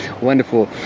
Wonderful